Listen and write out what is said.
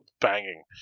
banging